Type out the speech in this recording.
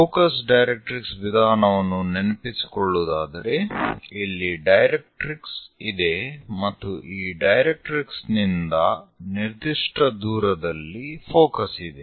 focus directrix ವಿಧಾನವನ್ನು ನೆನಪಿಸಿಕೊಳ್ಳುವುದಾದರೆ ಇಲ್ಲಿ ಡೈರೆಕ್ಟ್ರಿಕ್ಸ್ ಇದೆ ಮತ್ತು ಈ ಡೈರೆಟ್ರಿಕ್ಸ್ನಿಂದ ನಿರ್ದಿಷ್ಟ ದೂರದಲ್ಲಿ ಫೋಕಸ್ ಇದೆ